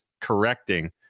correcting